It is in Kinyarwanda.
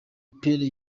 pele